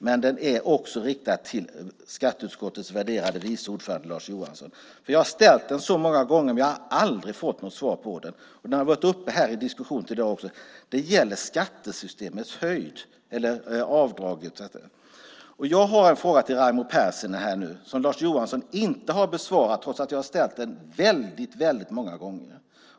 Men den riktar sig också till skatteutskottets värderade vice ordförande Lars Johansson. Jag har ställt frågan så många gånger, men jag har aldrig fått något svar på den. Den har varit uppe till diskussion i dag också. Det gäller skattesystemet och jobbavdraget. Jag har alltså en fråga till Raimo Pärssinen som Lars Johansson inte har besvarat trots att jag har ställt den väldigt många gånger.